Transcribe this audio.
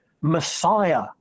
Messiah